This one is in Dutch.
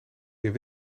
meer